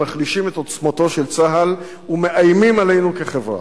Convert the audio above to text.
שמחלישים את עוצמתו של צה"ל ומאיימים עלינו כחברה.